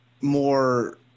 more